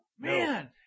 Man